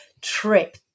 trip